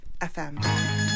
FM